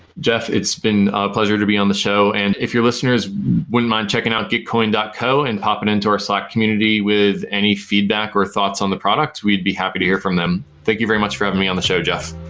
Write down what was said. jeff it's been a pleasure to be on the show and if your listeners wouldn't mind checking out gitcoin co and hoping and to our slack community with any feedback or thoughts on the product, we'd be happy to hear from them. thank you very much for having me on the show jeff.